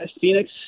Phoenix